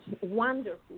wonderful